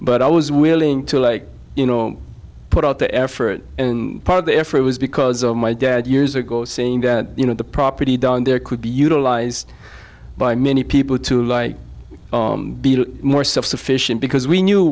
but i was willing to like you know put out the effort part of the effort was because of my dad years ago saying that you know the property down there could be utilized by many people to like build more self sufficient because we knew